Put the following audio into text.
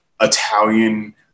Italian